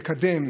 לקדם,